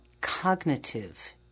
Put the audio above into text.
cognitive